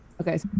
Okay